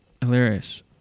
Hilarious